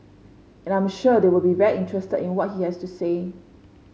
and I'm sure they'll be very interested in what he has to say